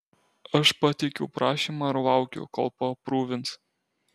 aš pateikiau prašymą ir laukiu kol paaprūvins